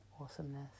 awesomeness